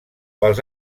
pels